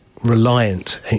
reliant